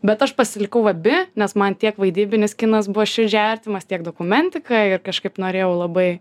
bet aš pasilikau abi nes man tiek vaidybinis kinas buvo širdžiai artimas tiek dokumentika ir kažkaip norėjau labai